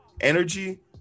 Energy